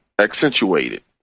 accentuated